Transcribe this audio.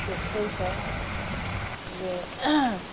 त्यस्तै छ ए